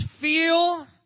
feel